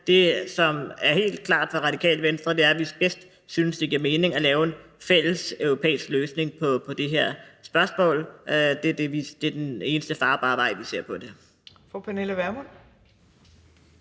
Det, som er helt klart for Radikale Venstre, er, at vi synes, det giver bedst mening at lave en fælles europæisk løsning på det her område. Det er den eneste farbare vej, vi ser for det.